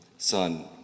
Son